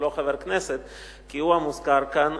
כי הוא המוזכר כאן,